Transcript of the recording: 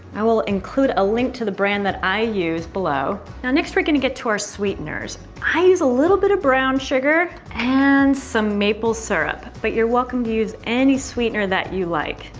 i will include a link to the brand that i use below now, next we're gonna get to our sweeteners i use a little bit of brown sugar and some maple syrup, but you're welcome to use any sweetener that you like.